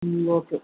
ம் ஓகே